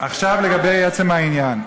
עכשיו לגבי עצם העניין: